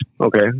okay